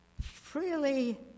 freely